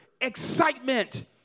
excitement